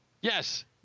Yes